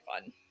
fun